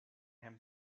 him